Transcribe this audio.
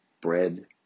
bread